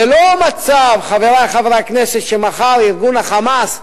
זה לא מצב, חברי חברי הכנסת, שמחר ארגון ה"חמאס"